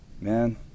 man